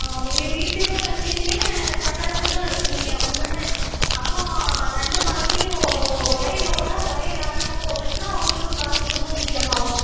ஆ நீங்கள் வீட்டுக்கும் எடுக்கிறீங்க கட்டடத்துக்கும் எடுக்கிறீங்க அப்படி தானே அப்போது ரெண்டு மரத்தையும் ஒ ஒரே லோடாக ஒரே லாரியில் போட்டுவிட்டோன்னா உங்களுக்கு காசு கொஞ்சம் மிச்சமாகும்